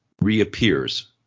reappears